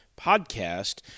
podcast